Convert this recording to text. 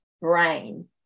brain